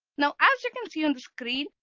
now, as you can see on the screen,